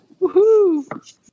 Woohoo